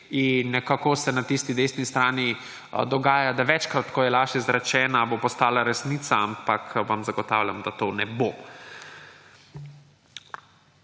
in nekako se na tisti desni strani dogaja, da večkrat, ko je laž izrečena, bo postala resnica, ampak vam zagotavljam, da to ne bo.